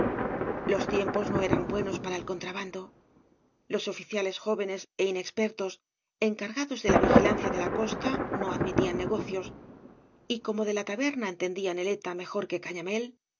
los tiempos no eran buenos para el contrabando los oficiales jóvenes é inexpertos encargados de la vigilancia de la costa no admitían negocioi y como de la taberna entendía neleta mejor que cañamél